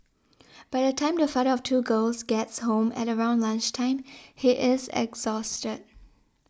by the time the father of two girls gets home at around lunch time he is exhausted